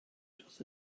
dros